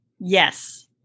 Yes